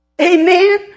Amen